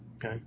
Okay